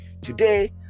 today